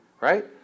Right